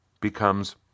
becomes